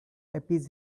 appease